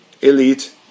Elite